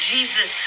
Jesus